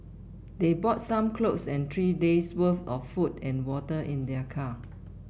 they brought some clothes and three day's worth of food and water in their car